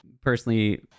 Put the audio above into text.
personally